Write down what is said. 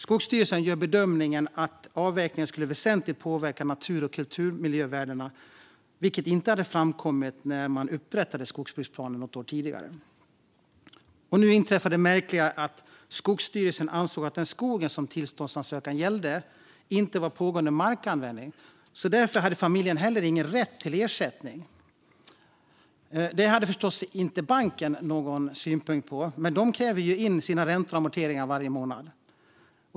Skogsstyrelsen gör bedömningen att avverkningen väsentligt skulle påverka natur och kulturmiljövärdena, vilket inte hade framkommit när skogsbruksplanen upprättades något år tidigare. Nu inträffar det märkliga att Skogsstyrelsen anser att den skog som tillståndsansökan gällde inte är föremål för pågående markanvändning, så familjen har ingen rätt till ersättning. Detta har förstås inte banken någon synpunkt på; de kräver in sina räntor och amorteringar varje månad.